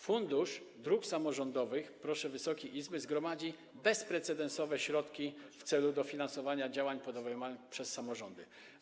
Fundusz Dróg Samorządowych, proszę Wysokiej Izby, zgromadzi bezprecedensowe środki w celu dofinansowania działań podejmowanych przez samorządy.